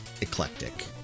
eclectic